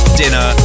dinner